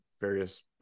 various